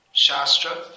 Shastra